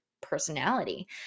personality